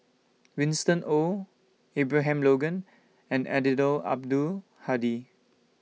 Winston Oh Abraham Logan and Eddino Abdul Hadi